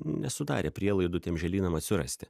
nesudarė prielaidų tiems žėlynam atsirasti